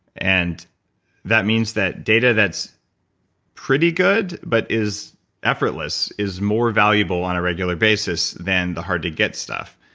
and that means that data that's pretty good, but is effortless is more valuable on a regular basis than the hard to get stuff.